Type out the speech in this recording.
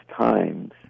Times